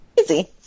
easy